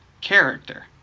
character